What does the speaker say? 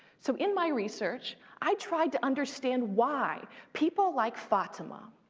so in my research, i tried to understand why people like fatima,